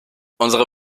unsere